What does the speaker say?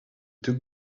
took